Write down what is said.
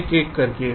एक एक करके